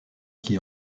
qui